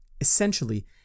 essentially